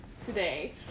today